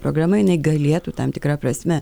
programa jinai galėtų tam tikra prasme